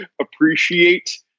appreciate